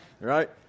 right